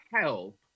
help